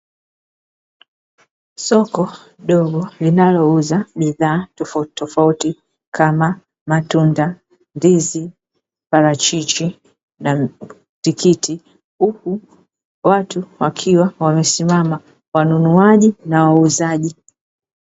Soko dogo linalouza bidhaa tofautitofauti kama matunda, ndizi, parachichi na tikiti huku watu wakiwa wamesimama wanunuaji na wauzaji.